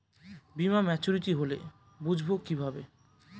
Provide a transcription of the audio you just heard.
বীমা মাচুরিটি হলে বুঝবো কিভাবে?